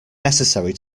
necessary